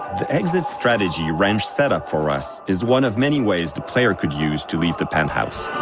the exit strategy wrench set up for us is one of many ways the player could use to leave the penthouse.